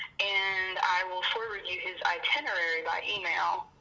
and i will forward you his itinerary by email.